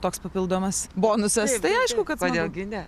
toks papildomas bonusas tai aišku kad smagu kodėl gi ne